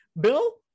bill